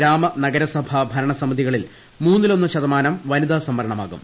ഗ്രാമ നഗരസഭാ ഭരണ സമിതികളിൽ മൂന്നിലൊന്ന് ശതമാനം വനിതാ സംവരണമാകും